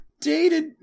dated